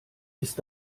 ist